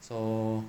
so